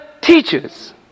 teachers